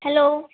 hello